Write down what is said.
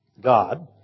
God